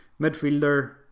Midfielder